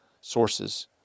sources